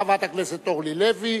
חברי הכנסת אורלי לוי,